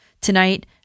tonight